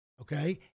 Okay